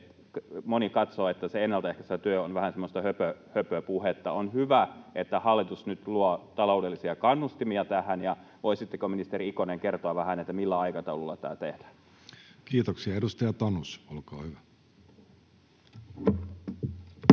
moni katsoo, että se ennalta ehkäisevä työ on vähän semmoista höpöhöpöpuhetta. On hyvä, että hallitus nyt luo taloudellisia kannustimia tähän. Voisitteko, ministeri Ikonen, kertoa vähän, millä aikataululla tämä tehdään? Kiitoksia. — Edustaja Tanus, olkaa hyvä.